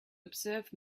observe